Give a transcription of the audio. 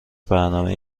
برنامه